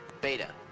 Beta